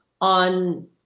on